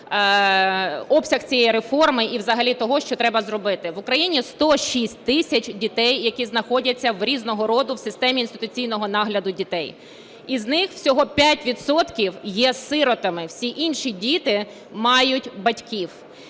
обсяг цієї реформи і взагалі того, що треба зробити. В Україні 106 тисяч дітей, які знаходяться в різного роду системах інституційного нагляду дітей. Із них всього 5 відсотків є сиротами, всі інші діти мають батьків.